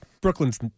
Brooklyn's